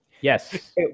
Yes